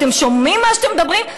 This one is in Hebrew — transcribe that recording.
אתם שומעים מה שאתם מדברים?